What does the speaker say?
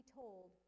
told